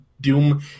Doom